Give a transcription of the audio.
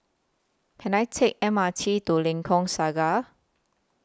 Can I Take M R T to Lengkok Saga